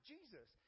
Jesus